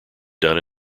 done